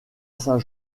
saint